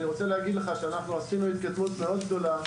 אני רוצה להגיד לך שאנחנו עשינו התקדמות מאוד גדולה,